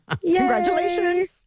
congratulations